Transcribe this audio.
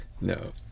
No